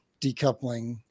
decoupling